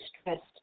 stressed